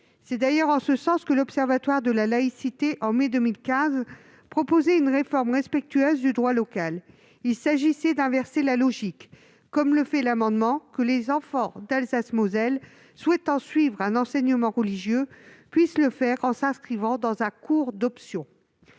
C'est d'ailleurs en ce sens que l'Observatoire de la laïcité, en mai 2015, proposait une réforme respectueuse du droit local. Il s'agissait d'inverser la logique, comme nous le proposons dans cet amendement : que les enfants d'Alsace-Moselle souhaitant suivre un enseignement religieux puissent le faire en s'inscrivant dans un cours optionnel.